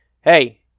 Hey